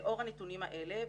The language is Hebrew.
לאור הנתונים האלה,